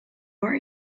are